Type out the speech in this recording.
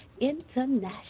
International